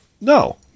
no